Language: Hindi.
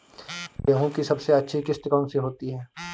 गेहूँ की सबसे अच्छी किश्त कौन सी होती है?